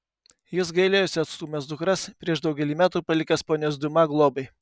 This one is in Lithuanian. jis gailėjosi atstūmęs dukras prieš daugelį metų palikęs ponios diuma globai